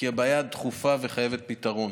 כי הבעיה דחופה וחייבת פתרון.